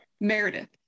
meredith